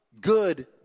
Good